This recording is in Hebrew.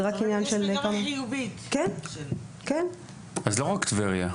אז לא רק טבריה.